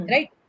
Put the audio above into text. Right